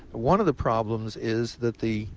one of the problems is that the